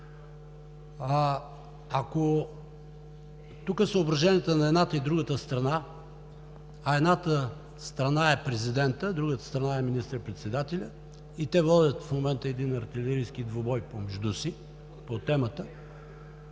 Ако тук съображенията на едната и другата страна, а едната страна е президентът, другата страна е министър-председателят, и те водят в момента един артилерийски двубой помежду си по темата,